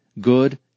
good